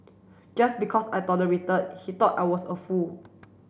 just because I tolerated he thought I was a fool